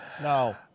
no